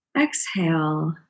exhale